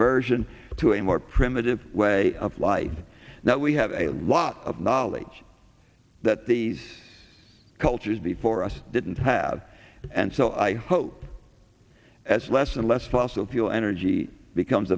reversion to a more primitive way of life that we have a lot of knowledge that these cultures before us didn't have and so i hope as less and less fossil fuel energy becomes